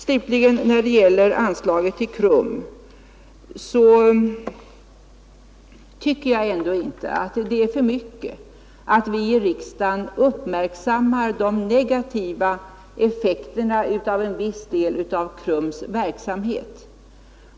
Slutligen, när det gäller anslagen till KRUM, tycker jag inte det är för mycket att vi i riksdagen uppmärksammar de negativa effekterna av en viss del av KRUM:s verksamhet.